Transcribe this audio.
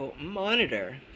monitor